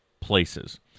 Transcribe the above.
places